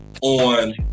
on